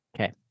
okay